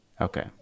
Okay